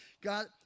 God